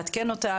לעדכן אותה,